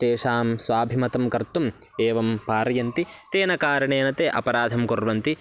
तेषां स्वाभिमतं कर्तुम् एवं पारयन्ति तेन कारणेन ते अपराधं कुर्वन्ति